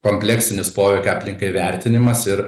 kompleksinis poveikio aplinkai vertinimas ir